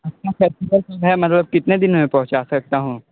अपना फेस्टिवल मतलब कितने दिन में पहुँचा सकता हूँ